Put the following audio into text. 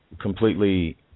completely